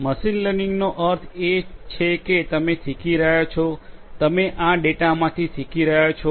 machine લર્નિંગનો અર્થ એ છે કે તમે શીખી રહ્યાં છો તમે આ ડેટામાંથી શીખી રહ્યાં છો